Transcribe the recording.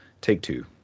Take-Two